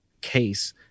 case